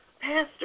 pastor